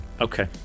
Okay